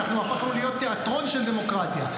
אנחנו הפכנו להיות תיאטרון של דמוקרטיה.